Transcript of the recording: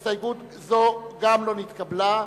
גם הסתייגות זו לא נתקבלה.